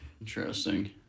interesting